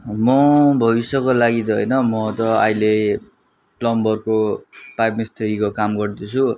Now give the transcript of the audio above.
म भविष्यको लागि त होइन म त अहिले प्लम्बरको पाइप मिस्त्रीको काम गर्दैछु